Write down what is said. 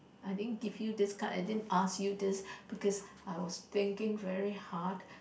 I didn't give you these cards I didn't ask you this because I was thinking very hard